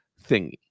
thingy